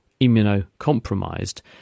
immunocompromised